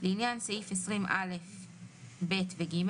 "(ז) לעניין סעיף 20א(ב) ו-(ג),